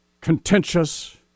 contentious